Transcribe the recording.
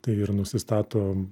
tai ir nusistato